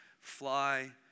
fly